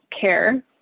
care